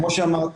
כמו שאמרתי,